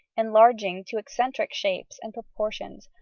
enlarging to eccentric shapes and proportions,